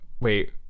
wait